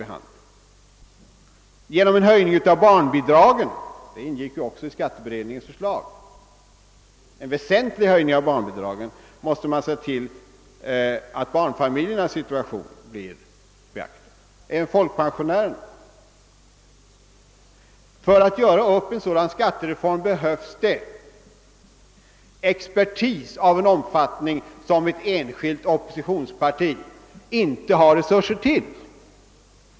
Genom en väsentlig höjning av barnbidraget — det ingick också i skatteberedningens förslag — skall man se till att barnfamiljernas situation beaktas och hänsyn skall också tas till folkpensionärerna etc. För att göra upp en sådan skattereform behövs det expertis i en omfattning som ett enskilt oppositionsparti inte har tillgång till.